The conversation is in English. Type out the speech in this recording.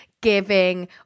giving